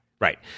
right